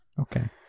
Okay